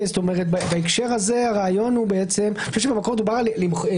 במקור דובר על מחיקה.